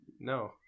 no